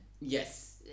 Yes